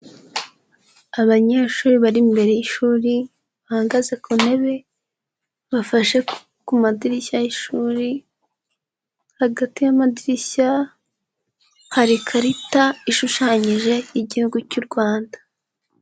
Abanyeshuri bari imbere y'ishuri bahagaze ku ntebe bafashe ku madirishya y'ishuri, hagati y'amadirishya hari ikarita ishushanyije Igihugu cy'u Rwanda.